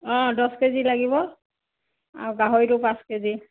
অঁ দছ কেজি লাগিব আৰু গাহৰিটো পাঁচ কেজি